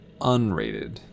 unrated